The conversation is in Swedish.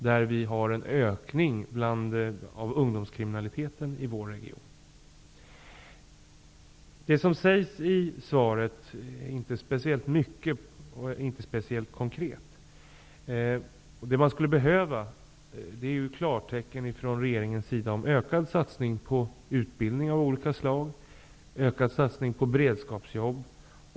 Det är inte speciellt mycket som sägs i svaret, och det är inte speciellt konkret. Det skulle behövas klartecken från regeringens sida om ökad satsning på utbildning av olika slag och ökad satsning på beredskapsjobb.